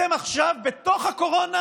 אתם עכשיו בתוך הקורונה